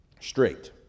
Straight